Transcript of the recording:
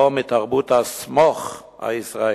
או מתרבות ה"סמוך" הישראלית.